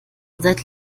seit